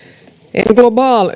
en global